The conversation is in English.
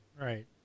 right